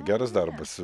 geras darbas